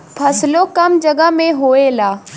फसलो कम जगह मे होएला